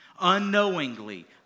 Unknowingly